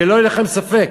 שלא יהיה לכם ספק.